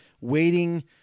waiting